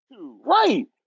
Right